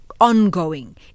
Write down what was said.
ongoing